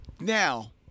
Now